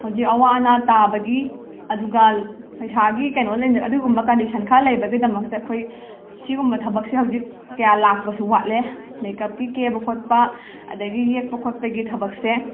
ꯍꯧꯖꯤꯛ ꯑꯋꯥ ꯑꯅꯥ ꯇꯥꯕꯒꯤ ꯑꯗꯨꯒ ꯄꯩꯁꯥꯒꯤ ꯀꯩꯅꯣ ꯂꯩꯅ ꯑꯗꯨꯒꯨꯝꯕ ꯀꯟꯗꯤꯁꯟ ꯈꯔ ꯂꯩꯕꯒꯤꯗꯃꯛꯇ ꯑꯩꯈꯣꯏ ꯁꯤꯒꯨꯝꯕ ꯊꯕꯛꯁꯦ ꯍꯧꯖꯤꯛ ꯀ꯭ꯌꯥ ꯂꯥꯛꯄꯁꯨ ꯋꯥꯠꯂꯦ ꯃꯦꯀꯞꯀꯤ ꯀꯦꯕ ꯈꯣꯠꯄ ꯑꯗꯒꯤ ꯌꯦꯛꯄ ꯈꯣꯠꯄꯒꯤ ꯊꯕꯛꯁꯦ